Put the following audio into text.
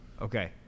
Okay